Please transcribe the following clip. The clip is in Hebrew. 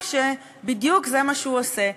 זה בדיוק מה שהוא עושה: